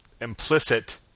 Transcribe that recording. implicit